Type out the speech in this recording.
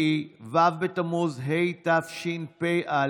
ו' בתמוז התשפ"א,